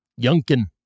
Youngkin